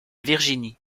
virginie